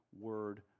word